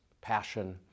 passion